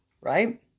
Right